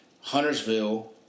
Huntersville